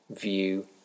view